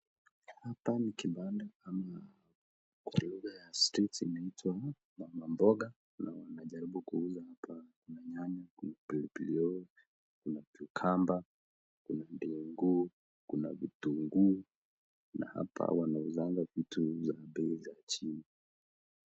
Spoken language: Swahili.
Hapa ni kibanda ama kwa lugha ya streets inaitwa mama mboga na wanajaribu kuuza hapa kuna nyanya , kuna pilipili hoho , kuna cucumber , kuna ndengu kuna vitunguu na hapa wanauzanga vitu vya bei ya chini .